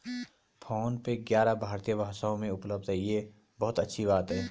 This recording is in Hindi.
फोन पे ग्यारह भारतीय भाषाओं में उपलब्ध है यह बहुत अच्छी बात है